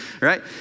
right